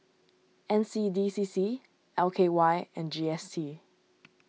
N C D C C L K Y and G S T